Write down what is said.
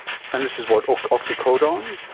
and this is, what, ah oxycodone?